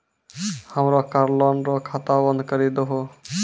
हमरो car loan रो खाता बंद करी दहो